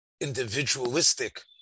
individualistic